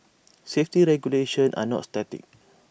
safety regulations are not static